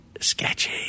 sketchy